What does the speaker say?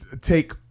take